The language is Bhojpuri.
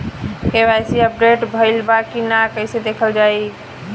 के.वाइ.सी अपडेट भइल बा कि ना कइसे देखल जाइ?